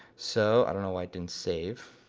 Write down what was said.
so i don't know why it didn't save.